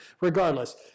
Regardless